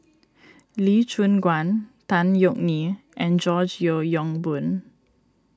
Lee Choon Guan Tan Yeok Nee and George Yeo Yong Boon